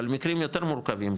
אבל מקרים יותר מורכבים,